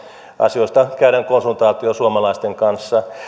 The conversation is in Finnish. asioista käydään konsultaatio suomalaisten kanssa